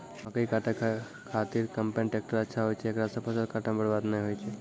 मकई काटै के खातिर कम्पेन टेकटर अच्छा होय छै ऐकरा से फसल काटै मे बरवाद नैय होय छै?